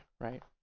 right